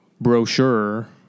Brochure